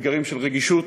אתגרים של רגישות.